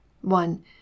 One